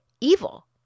evil